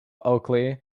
oakley